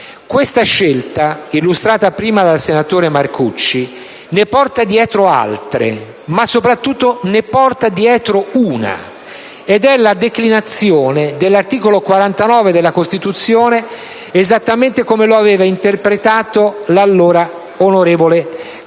Questa scelta, illustrata prima dal senatore Marcucci, ne porta dietro altre, ma soprattutto ne porta dietro una, ed è la declinazione dell'articolo 49 della Costituzione esattamente come lo aveva interpretato l'allora onorevole Calamandrei.